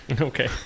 Okay